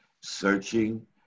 searching